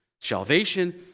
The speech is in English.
Salvation